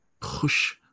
Push